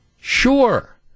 sure